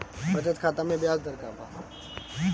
बचत खाता मे ब्याज दर का बा?